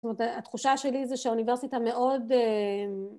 זאת אומרת, התחושה שלי זה שהאוניברסיטה מאוד